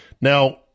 Now